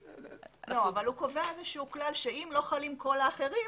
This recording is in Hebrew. אבל הוא קובע איזשהו כלל שאם לא חלים כל האחרים,